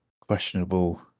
questionable